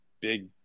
big